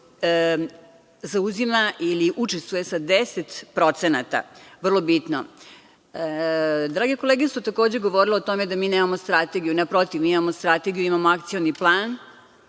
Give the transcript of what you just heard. zauzima ili učestvuje sa 10%, vrlo bitno. Drage kolege su takođe govorile o tome da mi nemamo strategiju. Naprotiv, mi imamo strategiju, imamo akcioni plan